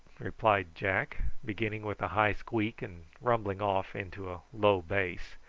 replied jack, beginning with a high squeak and rumbling off into a low bass.